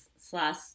slash